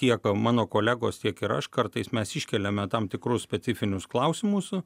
tiek mano kolegos tiek ir aš kartais mes iškeliame tam tikrus specifinius klausimus